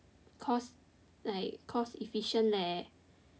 cost like cost efficient leh